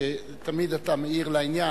שתמיד אתה מעיר לעניין,